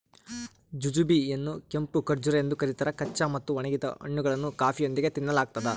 jujube ಯನ್ನುಕೆಂಪು ಖರ್ಜೂರ ಎಂದು ಕರೀತಾರ ಕಚ್ಚಾ ಮತ್ತು ಒಣಗಿದ ಹಣ್ಣುಗಳನ್ನು ಕಾಫಿಯೊಂದಿಗೆ ತಿನ್ನಲಾಗ್ತದ